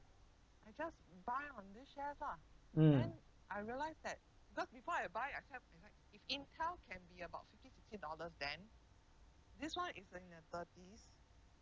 mm